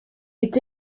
est